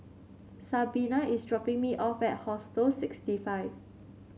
Sabina is dropping me off at Hostel sixty five